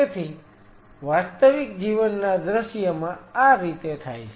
તેથી વાસ્તવિક જીવનના દૃશ્યમાં આ રીતે થાય છે